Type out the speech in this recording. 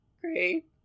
Great